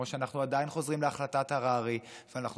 כמו שאנחנו עדיין חוזרים להחלטת הררי ואנחנו